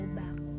back